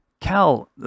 Cal